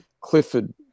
Clifford